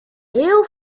heel